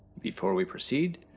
before we proceed,